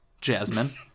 Jasmine